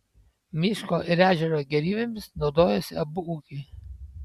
miško ir ežero gėrybėmis naudojosi abu ūkiai